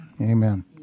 Amen